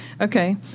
Okay